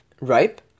ripe